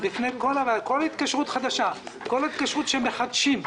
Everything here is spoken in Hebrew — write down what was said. לפני כל התקשרות חדשה, כל התקשרות שמחדשים,